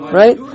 right